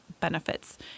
benefits